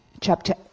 Chapter